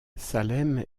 salem